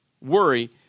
worry